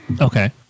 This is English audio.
Okay